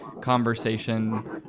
conversation